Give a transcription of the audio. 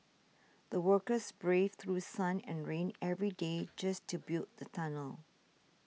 the workers braved through sun and rain every day just to build the tunnel